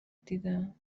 دیدم